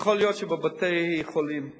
יכול להיות שבבתי-החולים לא,